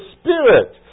Spirit